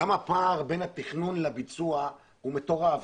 גם הפער בין התכנון לביצוע הוא מטורף.